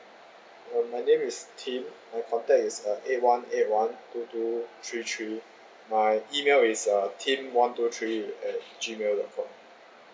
uh my name is tim my contact is uh eight one eight one two two three three my email is uh tim one two three at G mail dot com